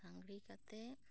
ᱥᱟᱝᱜᱽᱲᱤ ᱠᱟᱛᱮ